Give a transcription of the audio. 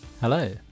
Hello